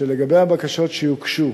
שלגבי הבקשות שיוגשו